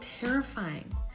terrifying